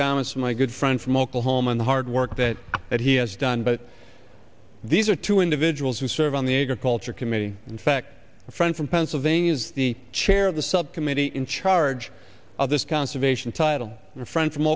from my good friend from oklahoma on the hard work that that he has done but these are two individuals who serve on the agriculture committee in fact a friend from pennsylvania is the chair of the subcommittee in charge of this conservation title a friend from